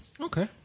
okay